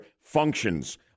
functions